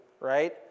right